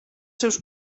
seus